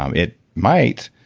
um it might,